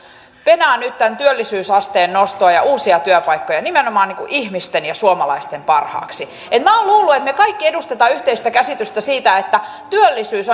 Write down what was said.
penää nyt tämän työllisyysasteen nostoa ja uusia työpaikkoja nimenomaan ihmisten ja suomalaisten parhaaksi minä olen luullut että me kaikki edustamme yhteistä käsitystä siitä että työllisyys